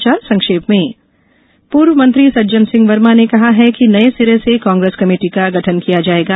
समाचार संक्षेप में पूर्व मंत्री सज्जन सिंह वर्मा ने कहा है कि नये सिरे से कांग्रेस कमेटी का गठन किया जाएगा